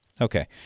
Okay